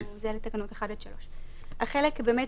זה לגבי תקנות 1 עד 3. כמו שאמרנו,